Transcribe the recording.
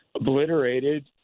obliterated